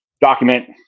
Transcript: document